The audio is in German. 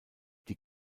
die